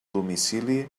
domicili